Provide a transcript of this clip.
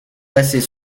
passait